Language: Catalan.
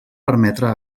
permetre